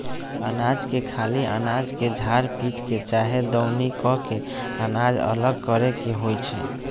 अनाज के खाली अनाज के झार पीट के चाहे दउनी क के अनाज अलग करे के होइ छइ